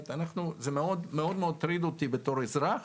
זה מטריד אותי מאוד בתור אזרח